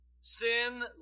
Sin